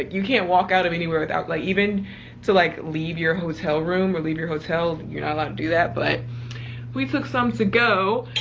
you can't walk out of anywhere without like even to like leave your hotel room, or leave your hotel. you're not allowed to do that but we took some time go.